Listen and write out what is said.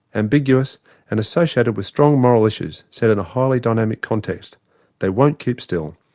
ambiguous and associated with strong moral issues set in a highly dynamic context they won't keep still,